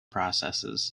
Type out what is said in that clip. processes